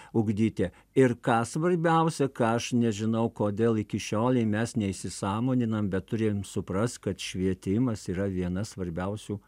ugdyti ir ką svarbiausia ką aš nežinau kodėl iki šiolei mes neįsisąmoninam bet turim suprast kad švietimas yra viena svarbiausių